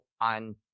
on